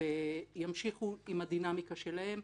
וימשיכו עם הדינמיקה שלהן.